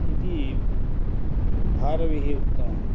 इति भारविः उक्तवान्